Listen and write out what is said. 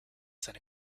seine